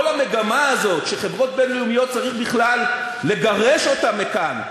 כל המגמה הזאת שחברות בין-לאומיות צריך בכלל לגרש מכאן,